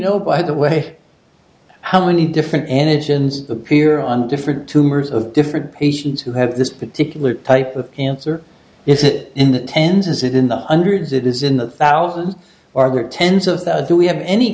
know by the way how many different energy appear on different tumors of different patients who have this particular type of cancer is it in the tens is it in the hundreds it is in the thousands or tens of do we have any